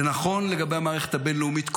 זה נכון לגבי המערכת הבין-לאומית כולה,